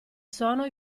sono